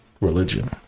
religion